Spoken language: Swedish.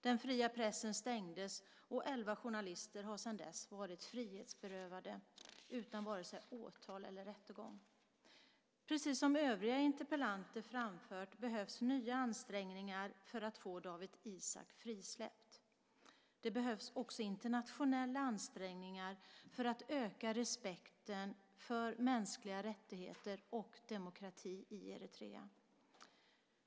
Den fria pressen stängdes, och elva journalister har sedan dess varit frihetsberövade utan vare sig åtal eller rättegång. Precis som övriga interpellanter framfört behövs nya ansträngningar för att få Dawit Isaak frisläppt. Det behövs också internationella ansträngningar för att öka respekten för mänskliga rättigheter och demokrati i Eritrea.